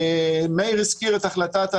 מאיר הזכיר את החלטת הממשלה,